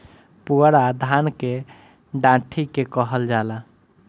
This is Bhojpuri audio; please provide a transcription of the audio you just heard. पुअरा धान के डाठी के कहल जाला